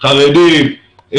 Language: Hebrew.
חרדים,